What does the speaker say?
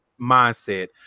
mindset